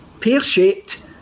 pear-shaped